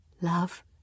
love